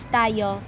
tayo